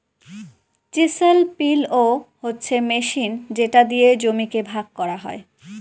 chisel পিলও হচ্ছে machine যেটা দিয়ে জমিকে ভাগ করা হয়